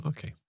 Okay